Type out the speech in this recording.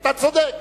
אתה צודק.